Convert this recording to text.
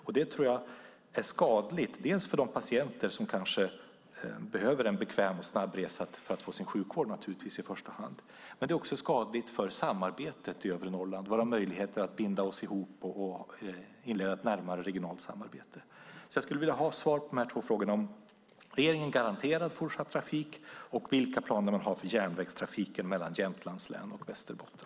Jag tror att det är skadligt för de patienter som behöver en bekväm och snabb resa för att få sjukvård. Det är också skadligt för samarbetet i övre Norrland och möjligheten att binda ihop oss och inleda ett närmare regionalt samarbete. Jag vill ha svar på de två frågorna. Garanterar regeringen fortsatt trafik, och vilka planer har man för järnvägstrafiken mellan Jämtlands län och Västerbotten?